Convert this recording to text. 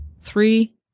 Three